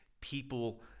people